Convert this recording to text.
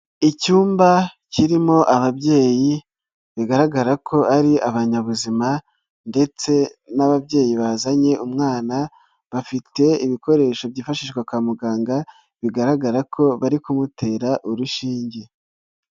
Icyumba kirimo ababyeyi bigaragara ko ari abanyabuzima ndetse n'ababyeyi bazanye umwana, bafite ibikoresho byifashishwa kwa muganga bigaragara ko bari kumutera urushinge.